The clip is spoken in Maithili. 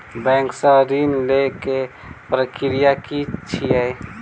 बैंक सऽ ऋण लेय केँ प्रक्रिया की छीयै?